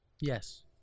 Yes